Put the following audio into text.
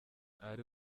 ari